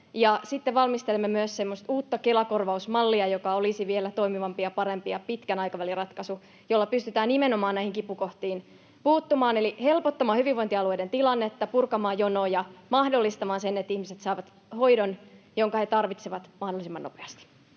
sitten valmistelemme myös semmoista uutta Kela-korvausmallia, joka olisi vielä toimivampi ja parempi ja pitkän aikavälin ratkaisu, jolla pystytään nimenomaan näihin kipukohtiin puuttumaan eli helpottamaan hyvinvointialueiden tilannetta, purkamaan jonoja ja mahdollistamaan se, että ihmiset saavat hoidon, jonka he tarvitsevat, mahdollisimman nopeasti.